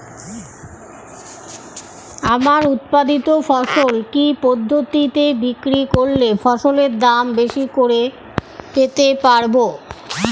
আমার উৎপাদিত ফসল কি পদ্ধতিতে বিক্রি করলে ফসলের দাম বেশি করে পেতে পারবো?